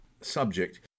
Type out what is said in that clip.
subject